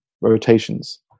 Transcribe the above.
rotations